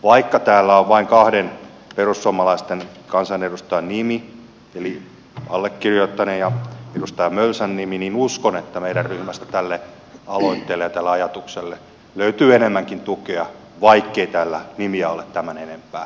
vaikka täällä on vain kahden perussuomalaisten kansanedustajan nimi eli allekirjoittaneen ja edustaja mölsän nimi niin uskon että meidän ryhmästä tälle aloitteelle ja tälle ajatukselle löytyy enemmänkin tukea vaikkei täällä nimiä ole tämän enempää